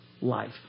life